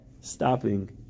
stopping